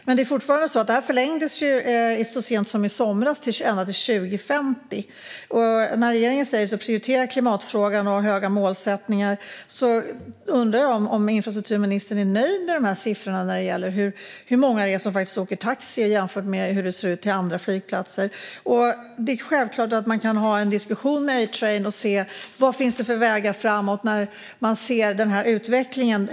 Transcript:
Det är dock fortfarande så att avtalet så sent som i somras förlängdes ända till 2050. När regeringen säger sig prioritera klimatfrågan och ha höga målsättningar undrar jag om infrastrukturministern är nöjd med siffrorna när det gäller hur många det är som åker taxi jämfört med hur det ser ut till andra flygplatser. Det är självklart att man när man ser denna utveckling kan ha en diskussion med A-Train och se vilka vägar som finns framåt.